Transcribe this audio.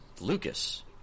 Lucas